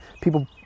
people